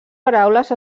paraules